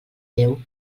déu